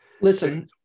Listen